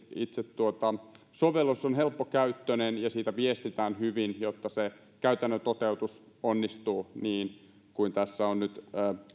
itse sovellus on helppokäyttöinen ja siitä viestitään hyvin jotta se käytännön toteutus onnistuu niin kuin tässä on nyt